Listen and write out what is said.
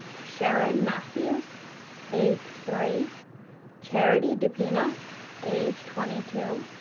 sherin matthews age three charity depina age twenty two,